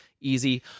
easy